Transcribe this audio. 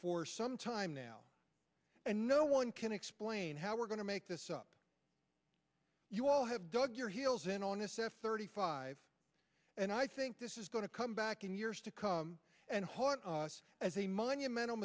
for some time now and no one can explain how we're going to make this up you all have dug your heels in on this if thirty five and i think this is going to come back in years to come and haunt us as a monumental